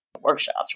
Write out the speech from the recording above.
workshops